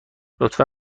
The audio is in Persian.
لطفا